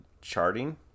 charting